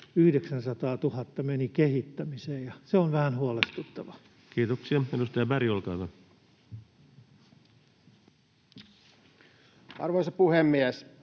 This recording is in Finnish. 900 000 meni kehittämiseen. Se on vähän huolestuttavaa. Kiitoksia. — Edustaja Berg, olkaa hyvä. Arvoisa puhemies!